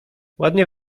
ładnie